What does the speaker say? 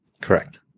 Correct